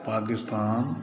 Pakistan